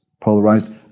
polarized